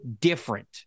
different